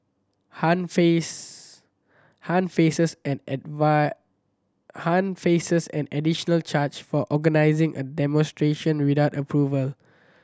Han face Han faces an Han faces an additional charge for organising a demonstration without approval